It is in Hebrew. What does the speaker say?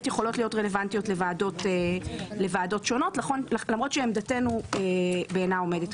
יכולות להיות רלוונטיות לוועדות שונות למרות שעמדתנו בעינה עומדת,